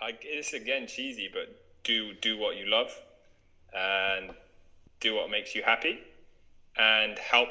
i guess again cheesy, but do do what you love and do what makes you happy and help